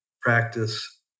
practice